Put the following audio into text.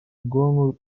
ubwonko